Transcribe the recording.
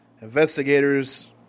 Investigators